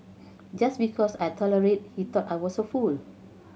just because I tolerated he thought I was a fool